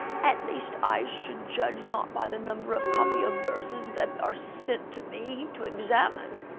at least i should judge not by the numbers of copies of verses that are sent to me to examine.